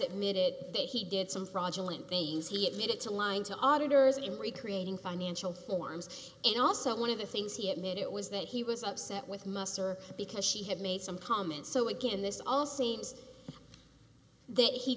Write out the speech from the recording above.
it made it that he did some fraudulent things he admitted to lying to auditors in recreating financial forms and also one of the things he admitted it was that he was upset with muster because she had made some comment so again this all seems that he